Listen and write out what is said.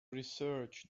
research